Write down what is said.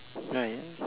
right